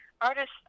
artists